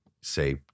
say